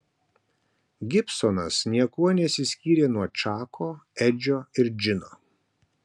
gibsonas niekuo nesiskyrė nuo čako edžio ir džino